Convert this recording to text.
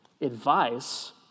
advice